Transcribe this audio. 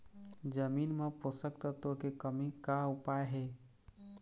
जमीन म पोषकतत्व के कमी का उपाय हे?